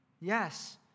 Yes